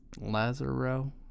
Lazaro